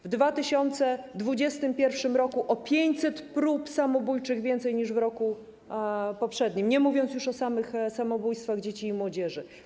W 2021 r. było o 500 prób samobójczych więcej niż w roku poprzednim, nie mówiąc już o samych samobójstwach dzieci i młodzieży.